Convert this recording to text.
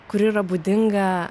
kuri yra būdinga